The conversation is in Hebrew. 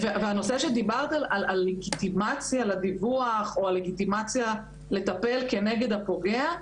הנושא שדיברת עליו על לגיטימציה לדיווח או לגיטימציה לטפל כנגד הפוגע,